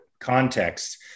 context